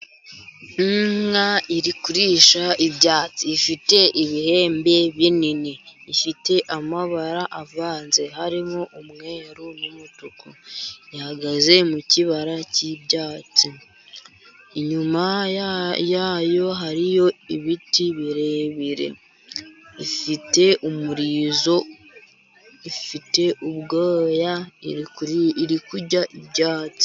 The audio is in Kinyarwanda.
Inka iri kurisha ibyatsi, ifite ibihembe binini, ifite amabara avanze, harimo umweru n'umutuku, ihagaze mu kibara cy'ibyatsi, inyuma yayo hariyo ibiti birebire, ifite umurizo, ifite ubwoya, iri kurya ibyatsi.